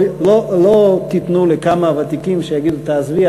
לא תיתנו לכמה ותיקים שיגידו: תעזבי,